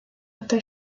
até